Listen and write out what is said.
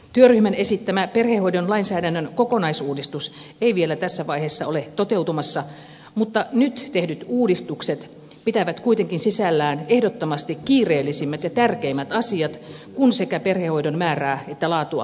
työryhmän esittämä perhehoidon lainsäädännön kokonaisuudistus ei vielä tässä vaiheessa ole toteutumassa mutta nyt tehdyt uudistukset pitävät kuitenkin sisällään ehdottomasti kiireellisimmät ja tärkeimmät asiat kun sekä perhehoidon määrää että laatua halutaan lisätä